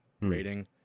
rating